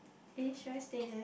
eh should I stay there